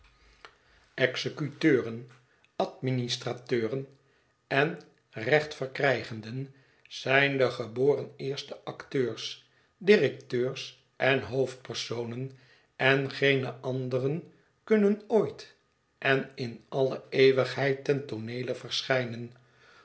executeuren administrateuren en rechtverkrijgenden zijn de geboren eerste acteurs directeurs en hoofdpersonen en geene anderen kunnen ooit en in alle eeuwigheid ten tooneele verschijnen